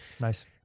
nice